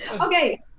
okay